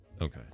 okay